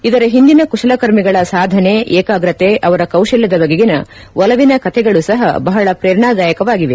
ಇದರ ಹಿಂದಿನ ಕುಶಲಕರ್ಮಿಗಳ ಸಾಧನೆ ಏಕಾಗ್ರತೆ ಅವರ ಕೌಶಲ್ಯದ ಬಗೆಗಿನ ಒಲವಿನ ಕಥೆಗಳು ಸಹ ಬಹಳ ಪ್ರೇರಣಾದಾಯಕವಾಗಿವೆ